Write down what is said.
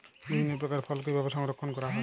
বিভিন্ন প্রকার ফল কিভাবে সংরক্ষণ করা হয়?